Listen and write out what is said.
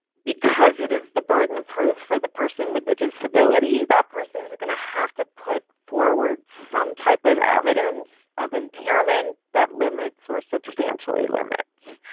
because it is the burden of proof for the person with the disability, that persons are going to have to put forward some type of evidence of impairment that limits or substantially limits.